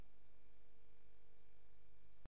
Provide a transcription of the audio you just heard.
הישיבה הישיבה הבאה תתקיים ביום שני,